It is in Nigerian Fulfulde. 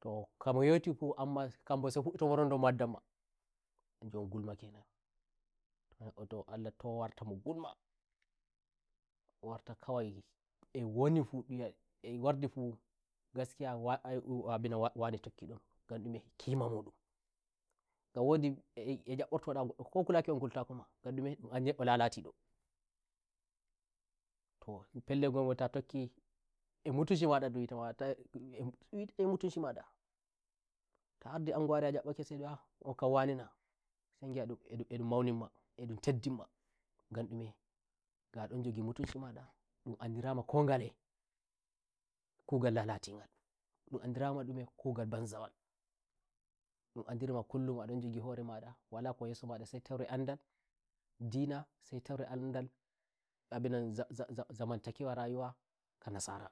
to ko mo nyeuti fu amma kadibo sai mo fu'ita mo rondo mo waddan mahanjum won ngulma kenanneddo ndon Allah to warta mo gulmawarta kawai e wonifu ndun wi'a e wardi fu gaskiya ah abinan "wa wane" tokki ndumgam ndume kima mudumngam wodi e e ejamborta nda ndum goddo ko kulaki on kultako mangam ndumendum andi neddi lalatidotoh pellel ngongel ta tokkie mutunci mada ndum wi'ata ma eh mutunci madato wardi anguware a jabbake sai ndum wi'a ahokam wane nasai ngi'a e e ndum maunin ma edum teddin mangam ndumengam adon njogi mutunci madandun andirai ma ko ngalekugal lalati ngalndum andirai ma ndume kugal banza wal ndum andirai ma kullum adon njogi hore mada wala ko yeso mada sai tore andal dina sai tore andal abinan za za za zamantakewa rayuwaka nasarakk